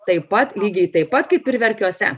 taip pat lygiai taip pat kaip ir verkiuose